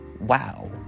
Wow